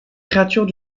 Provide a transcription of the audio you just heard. créatures